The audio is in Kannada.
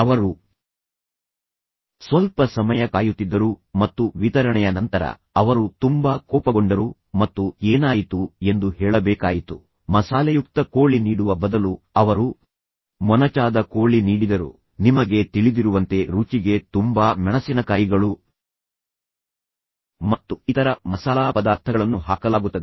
ಅವರು ಸ್ವಲ್ಪ ಸಮಯ ಕಾಯುತ್ತಿದ್ದರು ಮತ್ತು ವಿತರಣೆಯ ನಂತರ ಅವರು ತುಂಬಾ ಕೋಪಗೊಂಡರು ಮತ್ತು ಏನಾಯಿತು ಎಂದು ಹೇಳಬೇಕಾಯಿತು ಮಸಾಲೆಯುಕ್ತ ಕೋಳಿ ನೀಡುವ ಬದಲು ಅವರು ಮೊನಚಾದ ಕೋಳಿ ನೀಡಿದರು ನಿಮಗೆ ತಿಳಿದಿರುವಂತೆ ರುಚಿಗೆ ತುಂಬಾ ಮೆಣಸಿನಕಾಯಿಗಳು ಮತ್ತು ಇತರ ಮಸಾಲಾ ಪದಾರ್ಥಗಳನ್ನು ಹಾಕಲಾಗುತ್ತದೆ